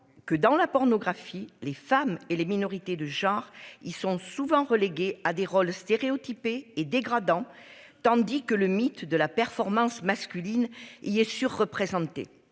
que dans la pornographie, les femmes et les minorités de genre ils sont souvent relégués à des rôles stéréotypés et dégradants tandis que le mythe de la performance masculine. Il est sur-représenté.